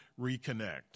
reconnect